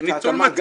זה ניצול מצב.